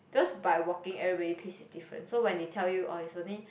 because by walking everybody pace is different so they tell you orh is only